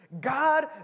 God